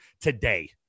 today